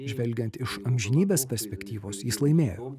žvelgiant iš amžinybės perspektyvos jis laimėjo